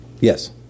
Yes